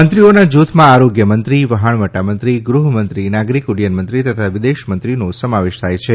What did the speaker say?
મંત્રીઓના જૂથમાં આરોગ્યમંત્રી વહાણવટામંત્રી ગૃહમંત્રી નાગરિક ઉડ્ડયન મંત્રી તથા વિદેશ મંત્રીનો સમાવેશ થાય છે